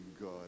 God